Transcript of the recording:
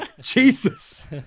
Jesus